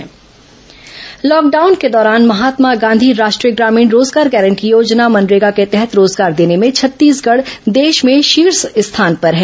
corona Singhdeo MNREGA lockdown के दौरान महात्मा गांधी राष्ट्रीय ग्रामीण रोजगार गारंटी योजना मनरेगा के तहत रोजगार देने में छत्तीसगढ़ देश में शीर्ष स्थान पर है